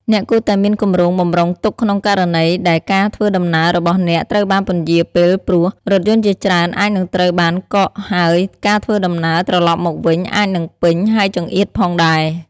អ្នកគួរតែមានគម្រោងបម្រុងទុកក្នុងករណីដែលការធ្វើដំណើររបស់អ្នកត្រូវបានពន្យារពេលព្រោះ រថយន្តជាច្រើនអាចនឹងត្រូវបានកក់ ហើយការធ្វើដំណើរត្រឡប់មកវិញអាចនឹងពេញ ហើយចង្អៀតផងដែរ។